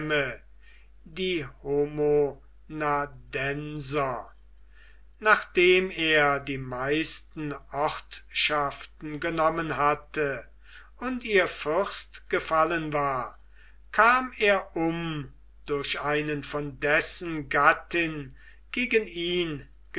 nachdem er die meisten ortschaften genommen hatte und ihr fürst gefallen war kam er um durch einen von dessen gattin gegen ihn